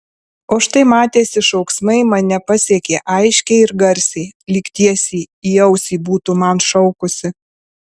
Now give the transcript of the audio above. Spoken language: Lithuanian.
o štai matėsi šauksmai mane pasiekė aiškiai ir garsiai lyg tiesiai į ausį būtų man šaukusi